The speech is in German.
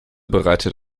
bereitet